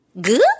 Good